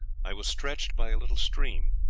i was stretched by a little stream.